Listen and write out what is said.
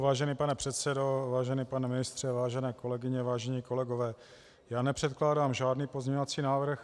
Vážený pane předsedo, vážený pane ministře, vážené kolegyně, vážení kolegové, nepředkládám žádný pozměňovací návrh.